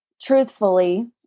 truthfully